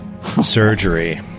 Surgery